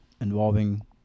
involving